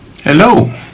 Hello